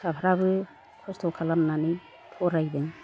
फिसाफ्राबो खस्थ' खालामनानै फरायदों